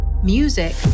Music